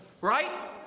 right